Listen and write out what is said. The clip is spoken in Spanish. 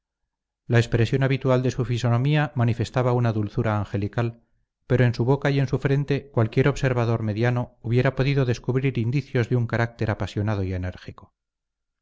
la expresión habitual de su fisonomía manifestaba una dulzura angelical pero en su boca y en su frente cualquier observador mediano hubiera podido descubrir indicios de un carácter apasionado y enérgico